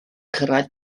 cyrraedd